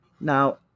Now